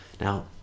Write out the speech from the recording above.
Now